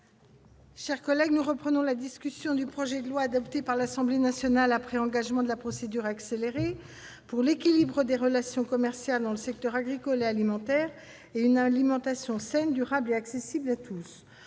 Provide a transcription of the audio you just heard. est reprise. Nous reprenons la discussion du projet de loi, adopté par l'Assemblée nationale après engagement de la procédure accélérée, pour l'équilibre des relations commerciales dans le secteur agricole et alimentaire et une alimentation saine, durable et accessible à tous.